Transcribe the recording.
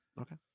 Okay